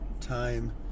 time